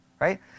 Right